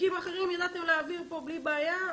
חוקים אחרים ידעתם להעביר פה בלי בעיה.